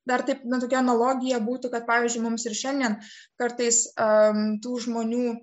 dar taip na tokia analogija būtų kad pavyzdžiui mums ir šiandien kartais ant tų žmonių